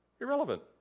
Irrelevant